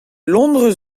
londrez